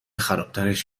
خرابترش